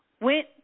went